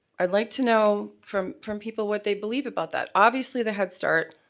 i'd like to know from from people what they believe about that. obviously, the head start